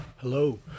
Hello